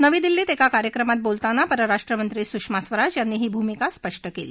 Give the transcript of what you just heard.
नवी दिल्ली एका कार्यक्रमात बोलताना परराष्ट्रमंत्री सुषमा स्वराज यांनी ही भुमिका स्पष्ट केली